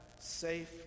safe